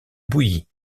bouillie